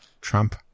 Trump